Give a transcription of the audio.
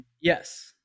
Yes